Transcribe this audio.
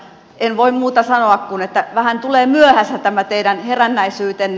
en voi muuta sanoa kuin että vähän tulee myöhässä tämä teidän herännäisyytenne